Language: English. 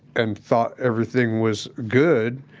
and thought everything was good.